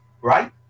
Right